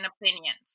opinions